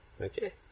Okay